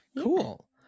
Cool